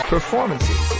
performances